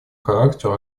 характеру